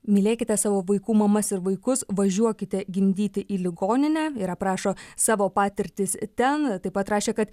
mylėkite savo vaikų mamas ir vaikus važiuokite gimdyti į ligoninę ir aprašo savo patirtis ten taip pat rašė kad